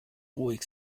ruhig